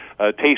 taste